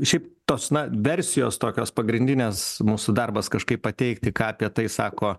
šiaip tos na versijos tokios pagrindinės mūsų darbas kažkaip pateikti ką apie tai sako